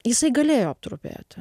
jisai galėjo aptrupėti